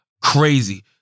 crazy